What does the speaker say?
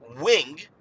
wing